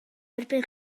erbyn